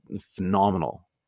phenomenal